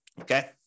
okay